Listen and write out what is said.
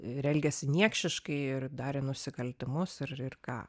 ir elgėsi niekšiškai ir darė nusikaltimus ir ir ką